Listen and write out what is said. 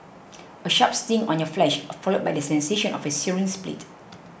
a sharp sting on your flesh followed by the sensation of a searing split